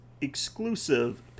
exclusive